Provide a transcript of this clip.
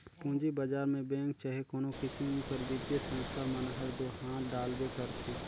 पूंजी बजार में बेंक चहे कोनो किसिम कर बित्तीय संस्था मन हर दो हांथ डालबे करथे